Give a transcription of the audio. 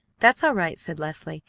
that's all right, said leslie.